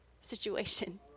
situation